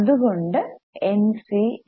അതുകൊണ്ട് N C A